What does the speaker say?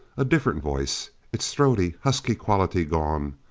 a different voice its throaty, husky quality gone.